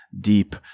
deep